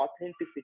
authenticity